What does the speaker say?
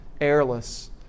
Airless